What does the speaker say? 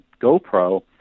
GoPro